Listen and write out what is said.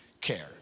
care